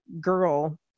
girl